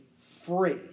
free